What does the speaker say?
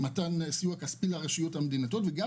מתן סיוע כספי לרשויות המתמודדות וגם